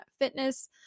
fitness